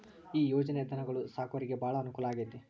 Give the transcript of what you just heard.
ಈ ಯೊಜನೆ ಧನುಗೊಳು ಸಾಕೊರಿಗೆ ಬಾಳ ಅನುಕೂಲ ಆಗ್ಯತೆ